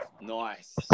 Nice